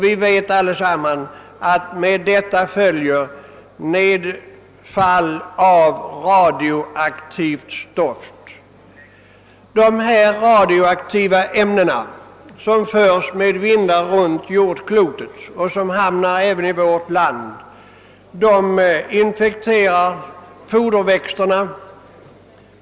Vi vet alla att med detta följer nedfall av radioaktivt stoft. Dessa radioaktiva ämnen som förs med vindar runt jordklotet och som hamnar även i vårt land infekterar foderväxterna.